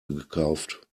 gekauft